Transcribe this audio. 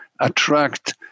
attract